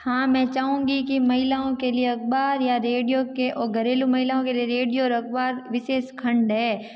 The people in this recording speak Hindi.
हाँ मैं चाहूँगी कि महिलाओं के लिए अखबार या रेडियो के और घरेलू महिलाओं के लिए रेडियो और अखबार में विशेष खंड है